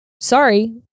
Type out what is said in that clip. sorry